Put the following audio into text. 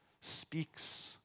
speaks